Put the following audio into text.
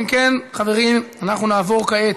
אם כן, חברים, אנחנו נעבור כעת,